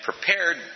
prepared